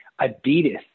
Adidas